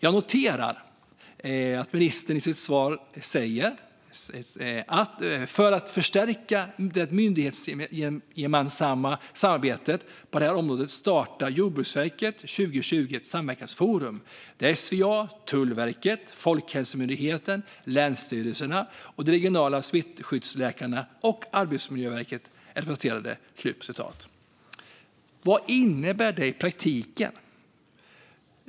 Jag noterade att ministern i sitt svar sa följande: "För att förstärka det myndighetsgemensamma samarbetet på det här området startade Jordbruksverket 2020 ett samverkansforum, där SVA, Tullverket, Folkhälsomyndigheten, länsstyrelserna, de regionala smittskyddsläkarna och Arbetsmiljöverket är representerade." Vad innebär det i praktiken?